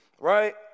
right